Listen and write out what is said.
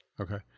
Okay